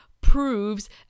proves